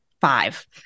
five